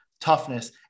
toughness